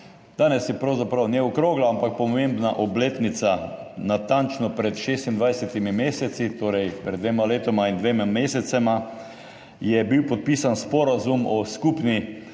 Danes je pravzaprav ne okrogla, ampak pomembna obletnica – natančno pred 26 meseci, torej pred dvema letoma in dvema mesecema, je bil podpisan sporazum o skupni